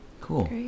Cool